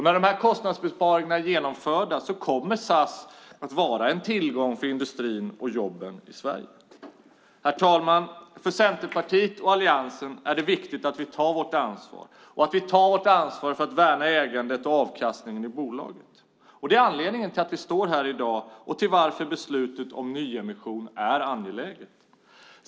När de här kostnadsbesparingarna är genomförda kommer SAS att vara en tillgång för industrin och jobben i Sverige. Herr talman! För Centerpartiet och Alliansen är det viktigt att vi tar vårt ansvar för att värna ägandet och avkastningen i bolaget. Det är anledningen till att vi står här i dag och till att beslutet om nyemission är angeläget.